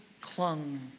clung